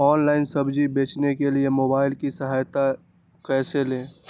Online सब्जी बेचने के लिए मोबाईल की सहायता कैसे ले?